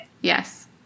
Yes